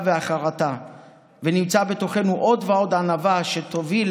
והחרטה ונמצא בתוכנו עוד ועוד ענווה שתוביל